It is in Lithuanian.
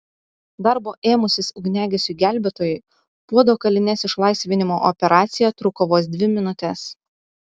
darbo ėmusis ugniagesiui gelbėtojui puodo kalinės išlaisvinimo operacija truko vos dvi minutes